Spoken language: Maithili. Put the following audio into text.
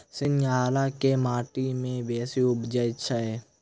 सिंघाड़ा केँ माटि मे बेसी उबजई छै?